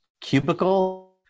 cubicle